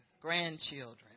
grandchildren